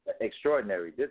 extraordinary